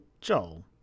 Joel